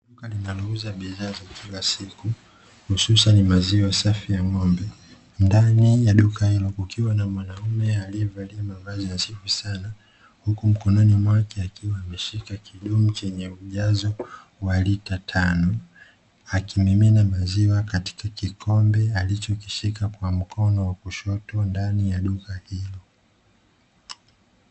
Duka linalouza bidhaa za kila siku hususani maziwa safi ya ng’ombe. Ndani ya duka hilo kukiwa na mwanaume alievalia mavazi nadhifu sana, huku mkononi mwake akiwa ameshika kidumu chenye ujazo wa lita tano, akimimina maziwa katika kikombe alichokishika kwa mkono wa kushoto ndani ya duka hili.